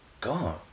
God